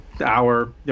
hour